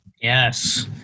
Yes